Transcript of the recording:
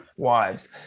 wives